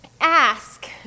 ask